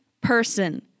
person